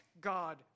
God